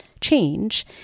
change